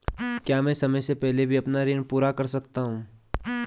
क्या मैं समय से पहले भी अपना ऋण पूरा कर सकता हूँ?